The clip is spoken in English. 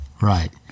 Right